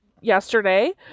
yesterday